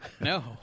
No